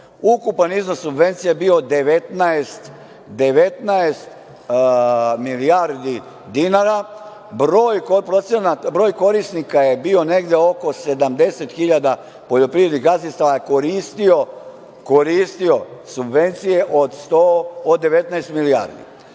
ukupan iznos subvencija je bio 19 milijardi dinara, broj korisnika je bio oko 70.000 poljoprivrednih gazdinstava. Sada su subvencije od 40 do 43 milijarde,